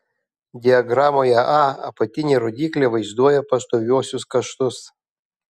diagramoje a apatinė rodyklė vaizduoja pastoviuosius kaštus